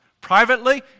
privately